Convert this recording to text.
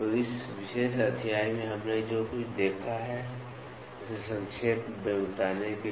तो इस विशेष अध्याय में हमने जो कुछ देखा है उसे संक्षेप में बताने के लिए